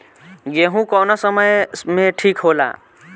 गेहू कौना समय मे ठिक होला?